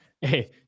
Hey